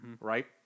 right